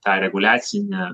tą reguliacinę